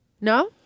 No